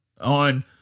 on